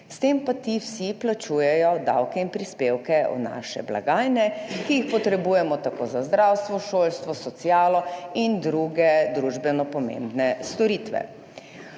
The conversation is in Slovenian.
s tem pa ti vsi plačujejo davke in prispevke v naše blagajne, ki jih potrebujemo tako za zdravstvo, šolstvo, socialo in druge družbeno pomembne storitve.